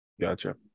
Gotcha